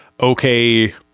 okay